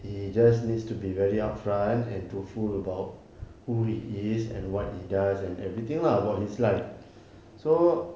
he just needs to be very upfront and truthful about who he is and what he does and everything lah about his life so